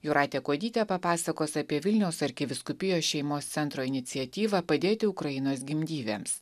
jūratė kuodytė papasakos apie vilniaus arkivyskupijos šeimos centro iniciatyvą padėti ukrainos gimdyvėms